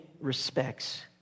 respects